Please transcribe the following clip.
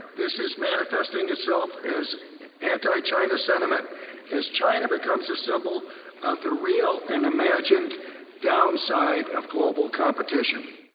this is manifesting itself as anti-china sentiment as china becomes a symbol of the real and imagined downside of global competition.